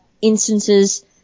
instances